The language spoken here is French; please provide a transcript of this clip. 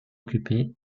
occupée